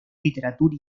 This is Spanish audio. literatura